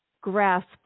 grasp